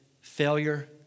failure